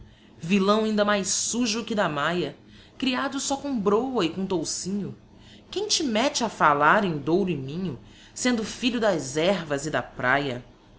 villão inda mais sujo que da maya creado só com brôa e com toucinho quem te mette a fallar em douro e minho sendo filho das ervas e da praia